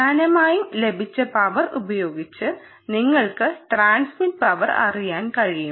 പ്രധാനമായും ലഭിച്ച പവർ ഉപയോഗിച്ച് നിങ്ങൾക്ക് ട്രാൻസ്മിറ്റ് പവർ അറിയാൻ കഴിയും